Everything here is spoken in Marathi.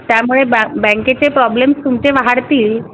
त्यामुळे ब बँकेचे प्रॉब्लेम्स तुमचे वाढतील